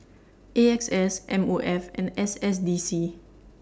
A X S M O F and S S D C